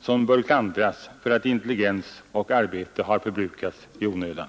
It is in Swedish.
som bör klandras för att intelligens och arbete har förbrukats i onödan.